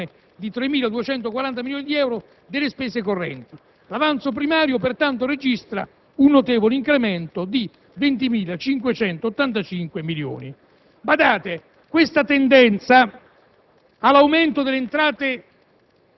per oltre 22 milioni di euro e alla riduzione di 3.240 milioni di euro delle spese correnti. L'avanzo primario, pertanto, registra un notevole incremento di 20.585 milioni. Questa tendenza